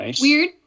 Weird